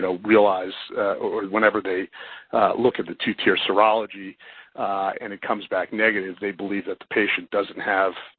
ah realize or whenever they look at the two-tiered serology and it comes back negative, they believe that the patient doesn't have,